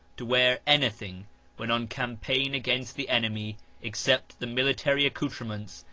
to wear anything when on campaign against the enemy except the military accoutrements,